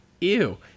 ew